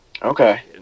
Okay